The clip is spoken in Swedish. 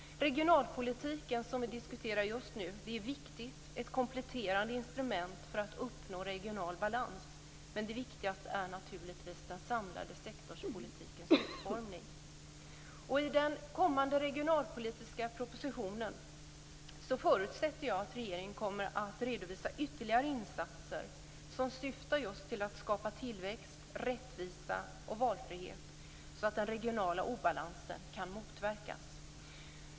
Regionalpolitiken, som vi diskuterar just nu, är viktig och är ett kompletterande instrument för att nå regional balans, men det viktigaste är naturligtvis den samlade sektorpolitikens utformning. Jag förutsätter att regeringen i den kommande regionalpolitiska propositionen kommer att redovisa ytterligare insatser, som syftar just till att skapa tillväxt, rättvisa och valfrihet, så att den regionala obalansen kan motverkas.